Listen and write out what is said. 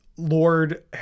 Lord